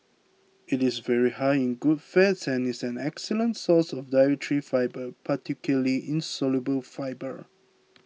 it is very high in good fats and is an excellent source of dietary fibre particularly insoluble fibre